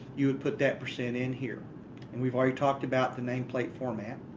you would put that percent in here and we've already talked about the nameplate format.